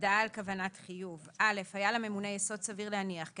26חהודעה על כוונת חיוב היה לממונה יסוד סביר להניח כי